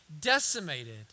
decimated